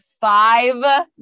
five